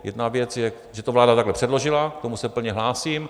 Jedna věc je, že to vláda takhle předložila, k tomu se plně hlásím.